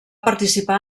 participar